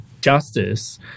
justice